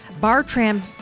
Bartram